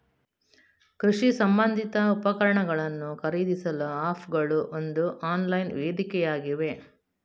ಕೃಷಿ ಸಂಬಂಧಿತ ಉಪಕರಣಗಳನ್ನು ಖರೀದಿಸಲು ಆಪ್ ಗಳು ಒಂದು ಆನ್ಲೈನ್ ವೇದಿಕೆಯಾಗಿವೆ